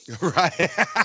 Right